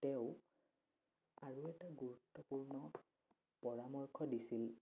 তেওঁ আৰু এটা গুৰুত্বপূৰ্ণ পৰামৰ্শ দিছিল